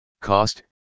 Cost